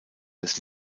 des